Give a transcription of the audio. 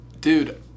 dude